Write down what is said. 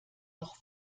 doch